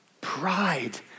Pride